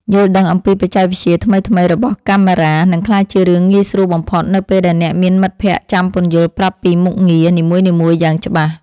យល់ដឹងអំពីបច្ចេកវិទ្យាថ្មីៗរបស់កាមេរ៉ានឹងក្លាយជារឿងងាយស្រួលបំផុតនៅពេលដែលអ្នកមានមិត្តភក្តិចាំពន្យល់ប្រាប់ពីមុខងារនីមួយៗយ៉ាងច្បាស់។